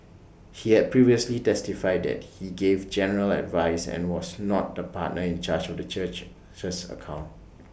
he had previously testified that he gave general advice and was not the partner in charge of the church church's accounts